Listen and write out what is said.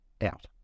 out